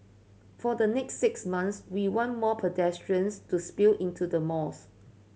for the next six months we want more pedestrians to spill into the malls